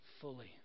fully